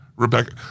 Rebecca –